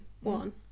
one